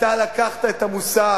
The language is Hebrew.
אתה לקחת את המושג,